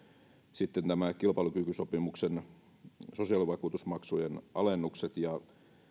sitten kilpailukykysopimuksen sosiaalivakuutusmaksujen alennukset ja